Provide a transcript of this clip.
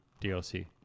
DLC